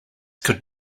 could